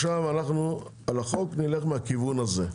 עכשיו אנחנו על החוק נלך מהכיוון הזה.